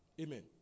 Amen